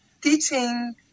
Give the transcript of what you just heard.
teaching